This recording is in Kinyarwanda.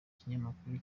kinyamakuru